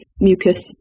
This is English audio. mucus